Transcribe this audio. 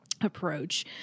approach